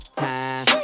time